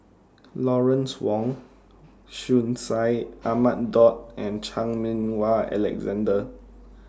Lawrence Wong Shyun Tsai Ahmad Daud and Chan Meng Wah Alexander